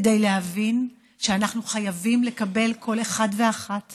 כדי להבין שאנחנו חייבים לקבל כל אחד ואחת